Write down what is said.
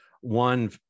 One